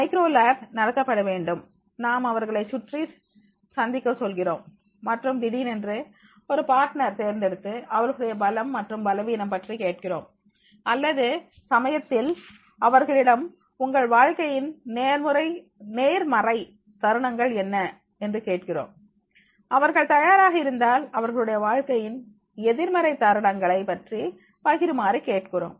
micro lab நடத்தப்படவேண்டும் நாம் அவர்களை சுற்றி சந்திக்க சொல்கிறோம் மற்றும் திடீரென்று ஒரு பார்ட்னர் தேர்ந்தெடுத்து அவர்களுடைய பலம் மற்றும் பலவீனம் பற்றி கேட்கிறோம் அல்லது சமயத்தில் அவர்களிடம் உங்கள் வாழ்க்கையின் நேர்மறை தருணங்கள் என்ன என்று கேட்கிறோம் அவர்கள் தயாராக இருந்தால் அவர்களுடைய வாழ்க்கையின் எதிர்மறை தருணங்களை பற்றி பகிருமாறு கேட்கிறோம்